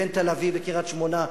בין תל-אביב לקריית-שמונה,